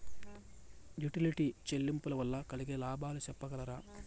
Utility చెల్లింపులు వల్ల కలిగే లాభాలు సెప్పగలరా?